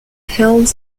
held